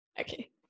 Okay